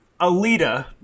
Alita